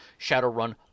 Shadowrun